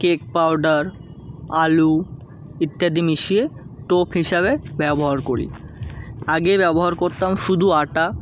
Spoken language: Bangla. কেক পাউডার আলু ইত্যাদি মিশিয়ে টোপ হিসাবে ব্যবহার করি আগে ব্যবহার করতাম শুধু আটা